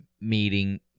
meeting